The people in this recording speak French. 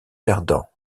perdants